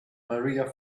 maria